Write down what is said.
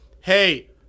hey